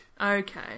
Okay